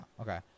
okay